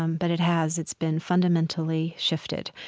um but it has. it's been fundamentally shifted,